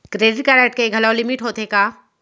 Credit card के घलव limit होथे का?